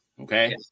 okay